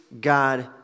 God